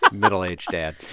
middle-aged dad,